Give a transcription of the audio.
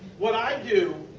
what i do.